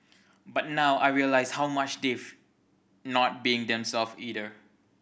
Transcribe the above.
but now I realise how much they've not being themselves either